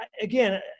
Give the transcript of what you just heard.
again